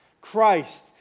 Christ